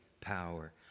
power